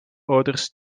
ouders